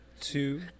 two